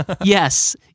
yes